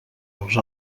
els